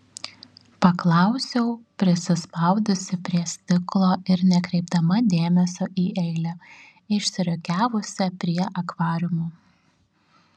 paklausiau prisispaudusi prie stiklo ir nekreipdama dėmesio į eilę išsirikiavusią prie akvariumo